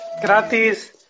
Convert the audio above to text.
Gratis